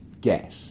get